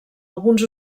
alguns